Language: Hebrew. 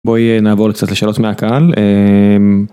בואי נעבור קצת לשאלות מהקהל.